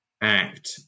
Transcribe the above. act